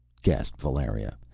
gasped valeria.